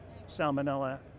salmonella